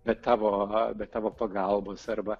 be tavo a be tavo pagalbos arba